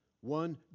One